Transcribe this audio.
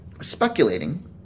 speculating